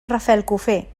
rafelcofer